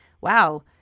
Wow